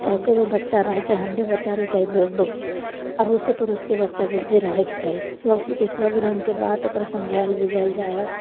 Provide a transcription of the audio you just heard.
चाहे कोइ भी बच्चा रहै चाहे हमरे बच्चा रहै चाहे दो दो अड़ोसे पड़ोसके बच्चा जैसे रहयके चाही सऽ सू के सब रंगके बात ओकरा समझायल बुझायल जाइ हइ